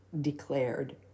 declared